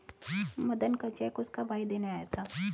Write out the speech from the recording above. मदन का चेक उसका भाई देने आया था